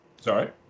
Sorry